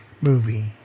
movie